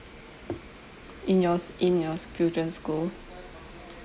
in yours in yours future school